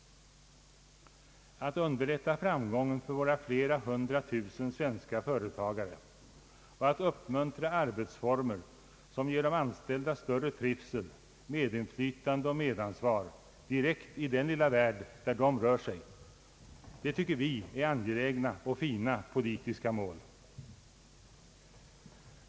Att underlätta framgång för våra flera hundra tusen svenska företagare och att uppmuntra arbetsformer, som ger de anställda större trivsel, medinflytande och medansvar direkt i den lilla värld där de rör sig, tycker vi är ange lägna och fina politiska mål.